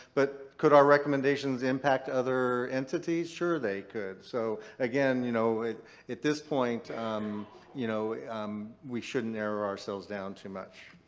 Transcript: but could our recommendations impact other entities? sure they could. so again, you know at this point um you know um we shouldn't narrow ourselves down too much.